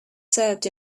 served